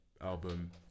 album